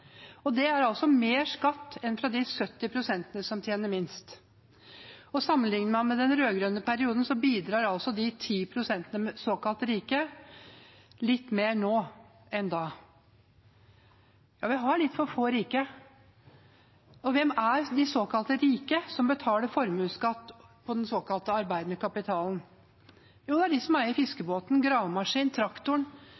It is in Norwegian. og det er altså mer skatt enn fra de 70 pst. som tjener minst. Sammenligner man med den rød-grønne perioden, bidrar altså de 10 pst. såkalt rike litt mer nå enn da. Ja, vi har litt for få rike. Hvem er de såkalt rike som betaler formuesskatt på den såkalte arbeidende kapitalen? Jo, det er de som eier